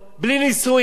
בלי נישואים?